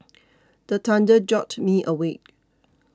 the thunder jolt me awake